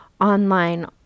online